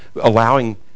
allowing